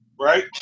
right